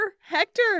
Hector